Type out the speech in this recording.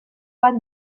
bat